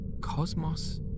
Cosmos